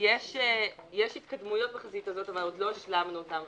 ויש התקדמויות בחזית הזאת אבל עוד לא השלמנו אותן,